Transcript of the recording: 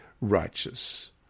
righteous